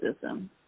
system